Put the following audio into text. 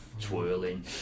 twirling